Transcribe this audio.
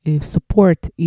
support